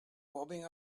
bobbing